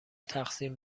تقسیم